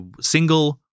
single